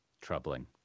troubling